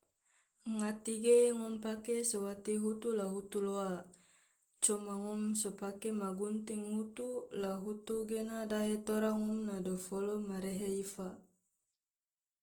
ngati ge ngom pake so wati hutu la hutu loa, coma ngom so pake magunting hutu la hutu gena dahe tora ngom na dofolo ma rehe ifa.